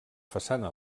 façana